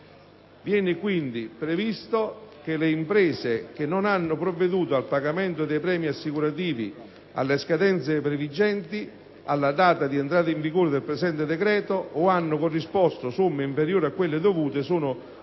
Viene quindi previsto che le imprese che non hanno provveduto al pagamento dei premi assicurativi alle scadenze previgenti alla data di entrata in vigore del presente decreto, o hanno corrisposto somme inferiori a quelle dovute, sono